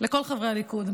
לכל חברי הליכוד,